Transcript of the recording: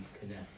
connect